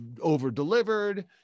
over-delivered